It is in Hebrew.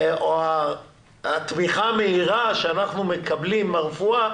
או התמיכה המהירה שאנחנו מקבלים ברפואה,